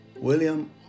William